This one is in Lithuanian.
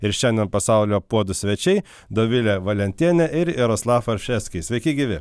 ir šiandien pasaulio puodų svečiai dovilė valentienė ir jaroslav orševski sveiki gyvi